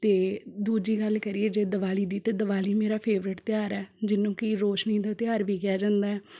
ਅਤੇ ਦੂਜੀ ਗੱਲ ਕਰੀਏ ਜੇ ਦੀਵਾਲੀ ਦੀ ਅਤੇ ਦੀਵਾਲੀ ਮੇਰਾ ਫੇਵਰੇਟ ਤਿਉਹਾਰ ਹੈ ਜਿਹਨੂੰ ਕਿ ਰੌਸ਼ਨੀ ਦਾ ਤਿਉਹਾਰ ਵੀ ਕਿਹਾ ਜਾਂਦਾ ਹੈ